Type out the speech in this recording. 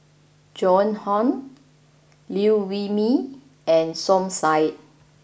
Joan Hon Liew Wee Mee and Som Said